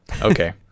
okay